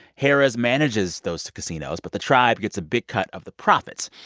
harrah's manages those casinos, but the tribe gets a big cut of the profits.